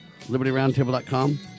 LibertyRoundtable.com